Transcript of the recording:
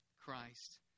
Christ